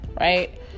right